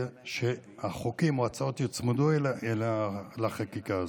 והחוקים או ההצעות יוצמדו לחקיקה הזאת.